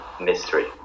mystery